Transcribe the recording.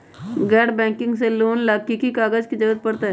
गैर बैंकिंग से लोन ला की की कागज के जरूरत पड़तै?